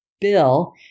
bill